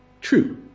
True